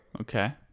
Okay